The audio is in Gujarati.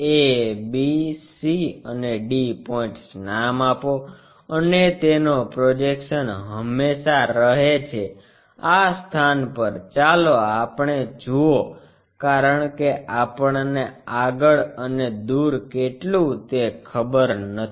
a b c અને d પોઇન્ટ્સ નામ આપો અને તેનો પ્રોજેક્શન હંમેશા રહે છે આ સ્થાન પર ચાલો આપણે જુઓ કારણ કે આપણને આગળ અને દૂર કેટલું તે ખબર નથી